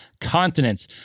continents